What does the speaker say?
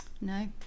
no